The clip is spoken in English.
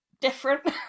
different